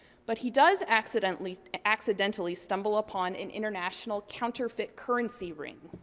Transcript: but he does accidentally accidentally stumble upon an international counterfeit currency ring.